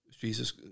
Jesus